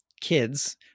kids